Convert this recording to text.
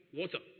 water